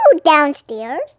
downstairs